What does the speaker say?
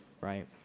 right